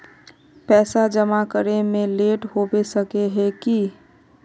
पैसा जमा करे में लेट होबे सके है की?